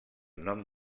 nom